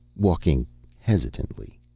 walking hesitantly.